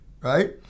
Right